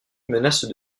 menace